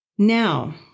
Now